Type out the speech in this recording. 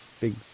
big